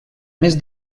mes